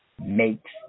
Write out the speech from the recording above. makes